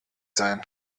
sein